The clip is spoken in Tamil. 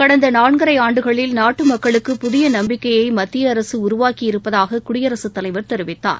கடந்த நான்கரை ஆண்டுகளில் நாட்டு மக்களுக்கு புதிய நம்பிக்கையை மத்திய அரசு உருவாக்கியிருப்பதாக குடியரசுத் தலைவர் தெரிவித்தார்